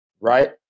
right